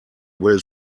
will